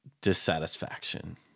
dissatisfaction